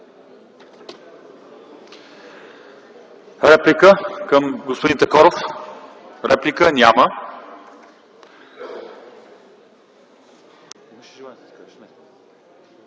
реплики към господин Такоров? Реплика -